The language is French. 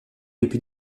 depuis